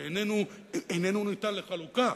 שאיננו ניתן לחלוקה